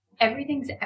Everything's